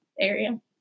area